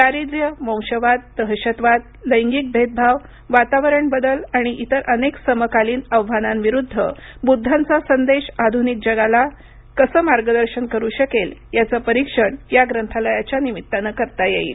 दारिद्र्य वंशवाद दहशतवाद लैंगिक भेदभाव वातावरण बदल आणि इतर अनेक समकालीन आव्हानांविरूद्ध बुद्धांचा संदेश आधुनिक जगाला कसा मार्गदर्शन करू शकेल याचं परीक्षण या ग्रंथालयाच्या निमित्ताने करता येईल